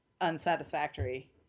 unsatisfactory